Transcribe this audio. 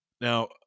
now